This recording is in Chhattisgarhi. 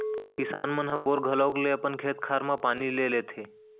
किसान मन ह बोर घलौक ले अपन खेत खार म पानी ले लेथें